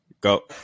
Go